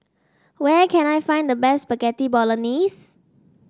where can I find the best Spaghetti Bolognese